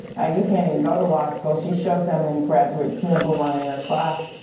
ah you cant even go to law school, she shows them and graduates number one in her class.